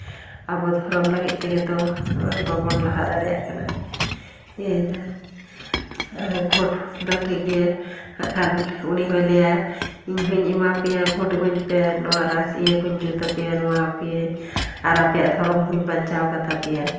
ᱟᱵᱚ ᱫᱷᱚᱨᱚᱢ ᱞᱟᱹᱜᱤᱫ ᱛᱮᱜᱮ ᱛᱚ ᱱᱚᱜᱼᱚᱭ ᱵᱟᱵᱚᱱ ᱞᱟᱦᱟ ᱫᱟᱲᱮᱭᱟᱜ ᱠᱟᱱᱟ ᱤᱭᱟᱹ ᱫᱚ ᱟᱫᱚ ᱵᱷᱳᱴ ᱫᱚ ᱴᱷᱤᱠ ᱜᱮ ᱦᱟᱸᱜᱠᱷᱟᱱ ᱩᱱᱤ ᱦᱚᱸᱭ ᱞᱟᱹᱭᱟ ᱤᱧ ᱦᱚᱸᱧ ᱮᱢᱟ ᱯᱮᱭᱟ ᱵᱷᱳᱴ ᱮᱢᱟᱹᱧ ᱯᱮ ᱱᱚᱣᱟ ᱨᱟᱥ ᱤᱭᱟᱹ ᱠᱚᱧ ᱡᱩᱛ ᱟᱯᱮᱭᱟ ᱱᱚᱣᱟ ᱟᱯᱮᱭᱟᱹᱧ ᱟᱨ ᱟᱯᱮᱭᱟᱜ ᱫᱷᱚᱨᱚᱢ ᱦᱚᱸᱧ ᱵᱟᱧᱪᱟᱣ ᱠᱟᱛᱟ ᱯᱮᱭᱟ